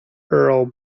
earl